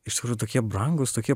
iš tikrųjų tokie brangūs tokie